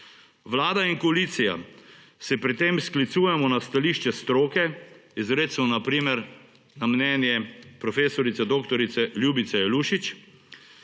Vlada in koalicija se pri tem sklicujemo na stališče stroke, izrecno na primer na mnenje prof. dr. Ljubice Jelušič.